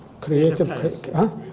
creative